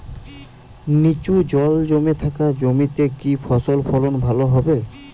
নিচু জল জমে থাকা জমিতে কি ফসল ফলন ভালো হবে?